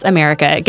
America